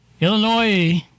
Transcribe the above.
Illinois